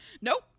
Nope